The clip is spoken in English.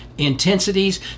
Intensities